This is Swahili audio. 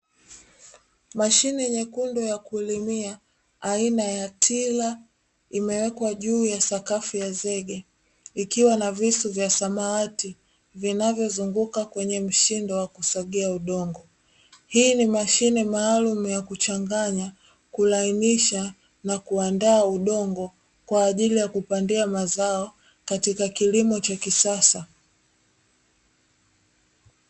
Mashine nyekundu ya kulimia aina ya tila, imewekwa juu ya sakafu ya zege, ikiwa na visu vya samawati vinavyozunguka kwenye mshindo wa kusagia udongo. Hii ni mashine maalumu ya kuchangnya, kulainisha na kuandaa udongo; kwa ajili ya kupandia mazao katika kilimo cha kisasa.